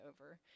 over